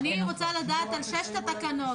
אני רוצה לדעת על שש התקנות.